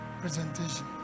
presentation